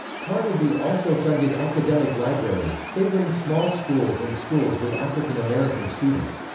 carnegie also funded academic libraries, favoring small schools and schools with african american students.